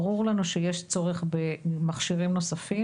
ברור לנו שיש צורך במכשירים נוספים.